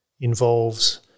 involves